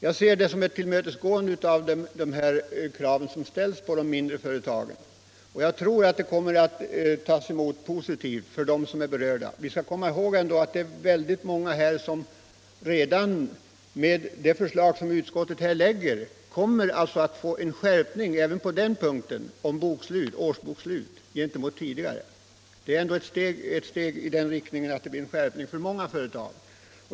Jag ser detta som ett tillmötesgående av de krav som ställs från de mindre företagen och jag tror att det kommer att tas emot positivt av dem som är berörda. Vi skall komma ihåg att redan med det förslag som utskottet nu lägger fram är det många som kommer att få en skärpning gentemot tidigare även beträffande årsboksslutet.